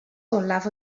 olaf